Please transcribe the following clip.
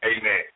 Amen